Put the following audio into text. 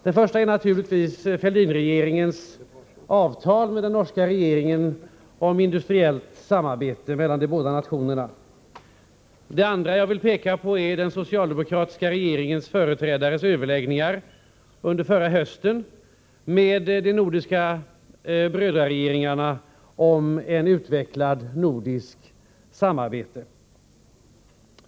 Det första är naturligtvis Fälldinregeringens avtal med den norska regeringen om industriellt samarbete mellan de båda nationerna. Det andra jag vill peka på är den socialdemokratiska regeringens företrädares överläggningar under förra hösten med de nordiska brödraregeringarna om ett utvecklat nordiskt samarbete.